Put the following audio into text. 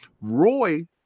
Roy